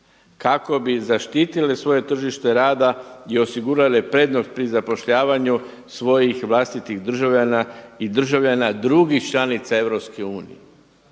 kako bi zaštitile svoje tržište rada i osigurale prednost pri zapošljavanju svojih vlastitih državljana i državljana drugih članica EU.